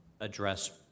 address